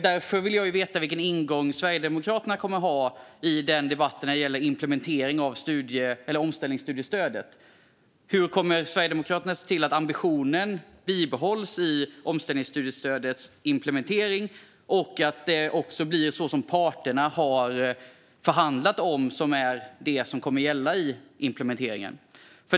Därför vill jag veta vilken ingång Sverigedemokraterna kommer att ha i debatten om implementeringen av omställningsstudiestödet. Hur kommer Sverigedemokraterna att se till att ambitionen bibehålls i omställningsstudiestödets implementering så att det som parterna har förhandlat om är det som kommer att gälla?